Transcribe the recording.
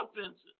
offenses